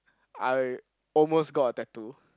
I almost got a tattoo